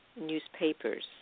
newspapers